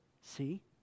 see